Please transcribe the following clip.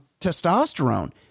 testosterone